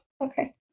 Okay